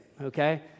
okay